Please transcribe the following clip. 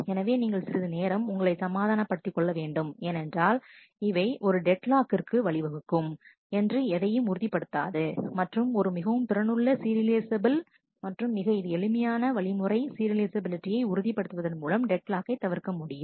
எனவே நீங்கள் சிறிது நேரம் உங்களை சமாதான படுத்திக்கொள்ள வேண்டும் ஏனென்றால் இது அவை டெட் லாக்கிற்கு வழிவகுக்கும் என்று எதையும் உறுதி படுத்தாது மற்றும் ஒரு மிகவும் திறனுள்ள சீரியலைசபில் மற்றும் இது மிக எளிமையான வழி வழிமுறை சீரியலைசபிலிட்டியை உறுதிப்படுத்துவதன் மூலம் டெட் லாக்கை தவிர்க்க முடியும்